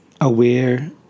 ...aware